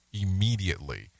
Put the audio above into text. immediately